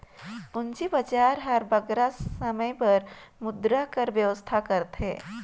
पूंजी बजार हर बगरा समे बर मुद्रा कर बेवस्था करथे